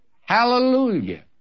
Hallelujah